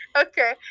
Okay